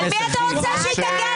אז על מי אתה רוצה שהיא תגן,